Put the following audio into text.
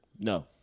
No